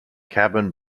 cabin